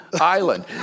island